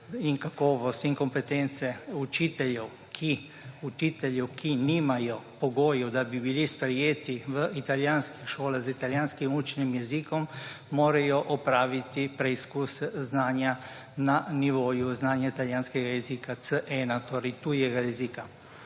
in kakovost in kompetence učiteljev, ki nimajo pogojev, da bi bili sprejeti v italijanske šole z italijanskim učnim jezikom, morajo opraviti preizkus znanja italijanskega jezika na nivoju C1, torej tujega jezika.